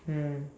mm